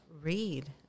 read